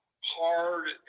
hard